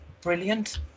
brilliant